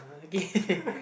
oh okay